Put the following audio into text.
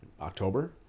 October